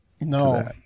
No